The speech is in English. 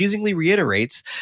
reiterates